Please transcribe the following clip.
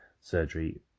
surgery